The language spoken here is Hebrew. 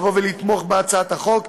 לתמוך בהצעת החוק,